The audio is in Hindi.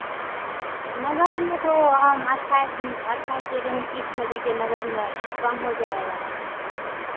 नगद में तो हम अट्ठाईस अट्ठाईस ही दे रहे हैं किश्त में देखिए नगद में एक कम हो जाएगा